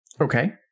Okay